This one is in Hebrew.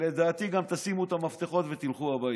ולדעתי גם תשימו את המפתחות ותלכו הביתה.